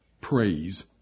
Praise